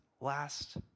last